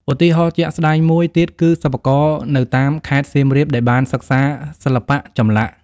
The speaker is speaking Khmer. ឧទាហរណ៍ជាក់ស្តែងមួយទៀតគឺ សិប្បករនៅតាមខេត្តសៀមរាបដែលបានសិក្សាសិល្បៈចម្លាក់។